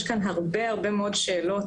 יש כאן הרבה מאוד שאלות.